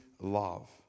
love